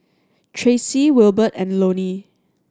Tracie Wilbert and Lonnie